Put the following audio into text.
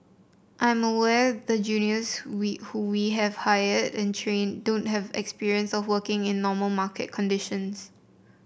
I'm aware the juniors we who we have hired and trained don't have experience of working in normal market conditions